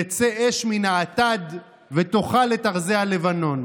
תצא אש מן האטד ותאכל את ארזי הלבנון.